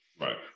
Right